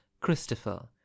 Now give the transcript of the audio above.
Christopher